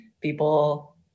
people